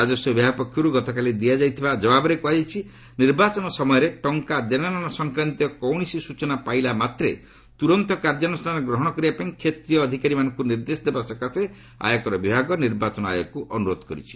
ରାଜସ୍ୱ ବିଭାଗ ପକ୍ଷରୁ ଗତକାଲି ଦିଆଯାଇଥିବା ଜବାବରେ କୁହାଯାଇଛି ନିର୍ବାଚନ ସମୟରେ ଟଙ୍କା ଦେଣନେଣ ସଂକ୍ରାନ୍ତୀୟ କୌଣସି ସୂଚନା ପାଇଲା ମାତ୍ରେ ତୁରନ୍ତ କାର୍ଯ୍ୟାନୁଷାନ ଗ୍ରହଣ କରିବା ପାଇଁ କ୍ଷେତ୍ରୀୟ ଅଧିକାରୀମାନଙ୍କୁ ନିର୍ଦ୍ଦେଶ ଦେବା ସକାଶେ ଆୟକର ବିଭାଗ ନିର୍ବାଚନ ଆୟଗକୁ ଅନୁରୋଧ କରିଛି